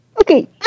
Okay